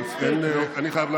אתם רומסים אותנו